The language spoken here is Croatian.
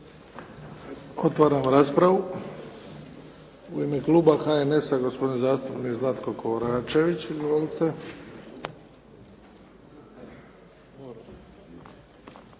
Otvaram raspravu. U ime kluba HNS-a gospodin zastupnik Zlatko Koračević.